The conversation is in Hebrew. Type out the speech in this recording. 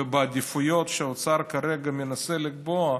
ובעדיפויות שהאוצר כרגע מנסה לקבוע,